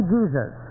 Jesus